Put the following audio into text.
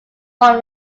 one